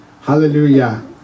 Hallelujah